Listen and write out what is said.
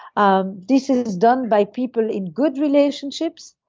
um this is done by people in good relationships,